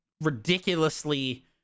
ridiculously